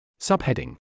Subheading